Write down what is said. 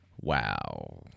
Wow